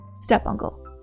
Step-uncle